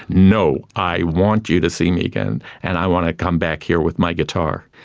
no, i want you to see me again and i want to come back here with my guitar.